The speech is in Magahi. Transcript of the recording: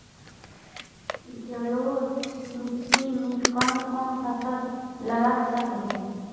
जलोढ़ मिट्टी में कौन कौन फसल लगा सक हिय?